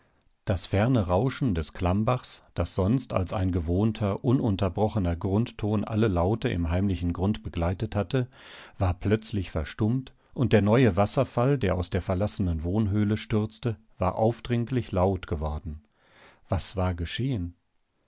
das ferne rauschen des klammbachs das sonst als ein gewohnter ununterbrochener grundton alle laute im heimlichen grund begleitet hatte war plötzlich verstummt und der neue wasserfall der aus der verlassenen wohnhöhle stürzte war aufdringlich laut geworden was war geschehen